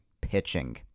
pitching